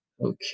Okay